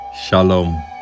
shalom